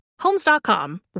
Homes.com